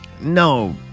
No